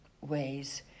ways